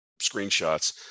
screenshots